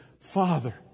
Father